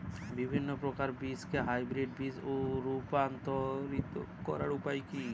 বিভিন্ন প্রকার বীজকে হাইব্রিড বীজ এ রূপান্তরিত করার উপায় কি?